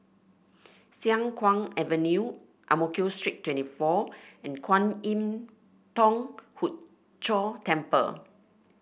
Siang Kuang Avenue Ang Mo Kio Street twenty four and Kwan Im Thong Hood Cho Temple